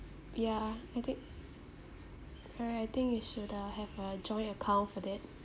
yeah I think alright I think you should uh have a joint account for that